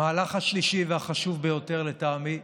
המהלך השלישי והחשוב ביותר, לטעמי,